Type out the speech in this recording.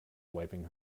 wiping